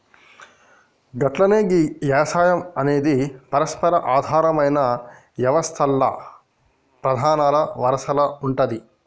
గట్లనే గీ యవసాయం అనేది పరస్పర ఆధారమైన యవస్తల్ల ప్రధానల వరసల ఉంటాది